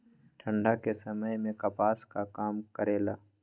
ठंडा के समय मे कपास का काम करेला?